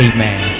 Amen